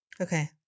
Okay